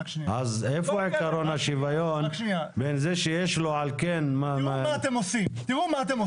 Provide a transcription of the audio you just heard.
איפה עיקרון השוויון בין זה שיש לו --- תראו מה אתם עושים.